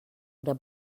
oder